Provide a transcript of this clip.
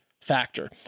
factor